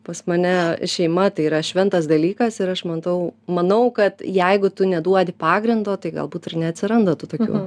pas mane šeima tai yra šventas dalykas ir aš matau manau kad jeigu tu neduodi pagrindo tai galbūt ir neatsiranda tų tokių